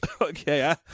Okay